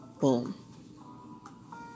boom